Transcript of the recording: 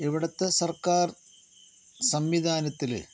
ഇവിടുത്തെ സർക്കാർ സംവിധാനത്തില്